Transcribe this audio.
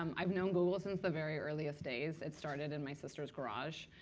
um i've known google since the very earliest days. it started in my sister's garage.